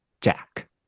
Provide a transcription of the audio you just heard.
Jack